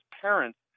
parents